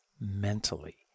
mentally